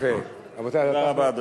תודה רבה.